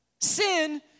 Sin